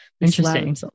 Interesting